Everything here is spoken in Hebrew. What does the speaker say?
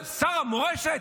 עמיחי, שר המורשת,